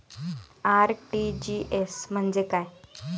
RTGS म्हणजे काय?